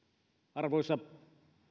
arvoisa